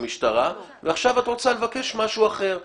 גם המשטרה - ועכשיו את רוצה לבקש משהו אחר,